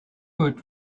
wood